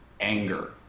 anger